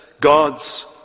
God's